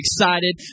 excited